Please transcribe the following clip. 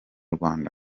rwanda